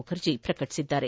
ಮುಖರ್ಜಿ ಪ್ರಕಟಿಸಿದ್ದಾರೆ